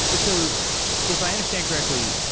ah so if i understand correctly,